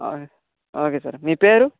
okay okay sir మీ పేరు